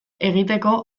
egiteko